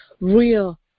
real